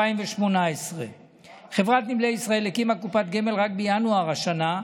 2018. חברת נמלי ישראל הקימה קופת גמל רק בינואר השנה,